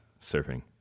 surfing